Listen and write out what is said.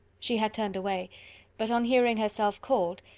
she had turned away but on hearing herself called,